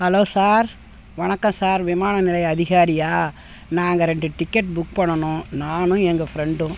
hello sir வணக்கம் sir விமான நிலையை அதிகாரியா நாங்கள் ரெண்டு டிக்கெட் புக் பண்ணணும் நானும் எங்கள் ஃப்ரெண்டும்